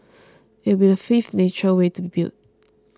it will be the fifth nature way to be built